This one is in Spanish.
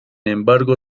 embargo